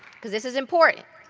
because this is important.